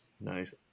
Nice